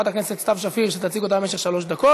46 תומכים, אין מתנגדים, אין נמנעים.